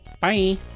Bye